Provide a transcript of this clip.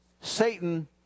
Satan